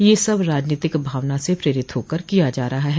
यह सब राजनीतिक भावना से प्रेरित होकर किया जा रहा है